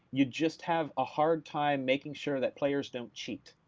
you just have a hard time making sure that players don't cheat.